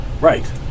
Right